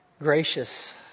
Gracious